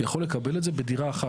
הוא יכול לקבל את זה בדירה אחת.